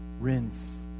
rinse